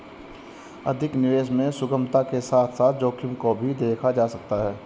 अधिक निवेश में सुगमता के साथ साथ जोखिम को भी देखा जा सकता है